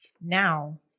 now